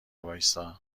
وایستا